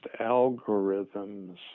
algorithms